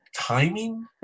timing